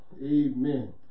Amen